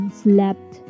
slept